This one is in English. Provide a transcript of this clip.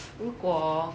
如果